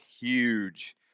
huge